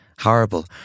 horrible